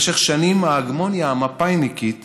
במשך שנים ההגמוניה המפא"ניקית